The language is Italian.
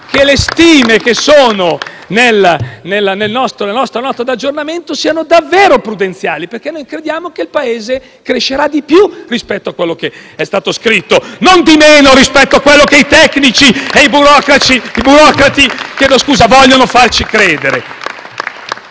che le stime della nostra Nota di aggiornamento siano davvero prudenziali, perché crediamo che il Paese crescerà di più rispetto a quanto è stato scritto, e non di meno, come i tecnici e i burocrati vogliono farci credere.